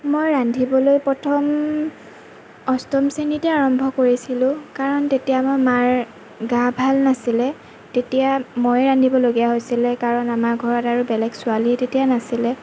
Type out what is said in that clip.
মই ৰান্ধিবলৈ প্ৰথম অষ্টম শ্ৰেণীতে আৰম্ভ কৰিছিলোঁ কাৰণ তেতিয়া আমাৰ মাৰ গা ভাল নাছিলে তেতিয়া মই ৰান্ধিবলগীয়া হৈছিলে কাৰণ আমাৰ ঘৰত আৰু বেলেগ ছোৱালী তেতিয়া নাছিলে